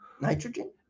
Nitrogen